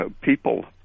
people